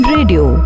Radio